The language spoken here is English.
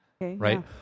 right